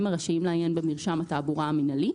הרשאים לעיין במרשם התעבורה המינהלי.